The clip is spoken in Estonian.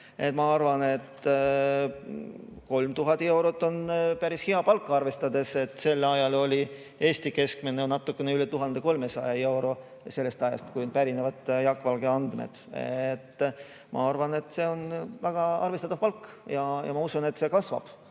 Ma arvan, et 3000 eurot on päris hea palk, arvestades, et sellel ajal oli Eesti keskmine natukene üle 1300 euro, sellest ajast pärinevad Jaak Valge andmed. Ma arvan, et see on väga arvestatav palk, ja ma usun, et see kasvab,